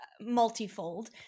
multifold